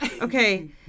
Okay